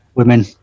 women